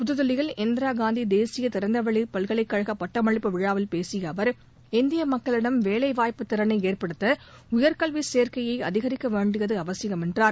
புதுதில்லியில் இந்திரா காந்தி தேசிய திறந்தவெளி பல்கலைக் கழக பட்டமளிப்பு விழாவில் பேசிய அவர் இந்திய மக்களிடம் வேலைவாய்ப்பு திறனை ஏற்படுத்த உயர்கல்வி சேர்க்கையை அதிகரிக்க வேண்டியது அவசியம் என்றார்